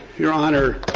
your honor,